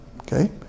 okay